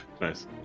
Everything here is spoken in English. nice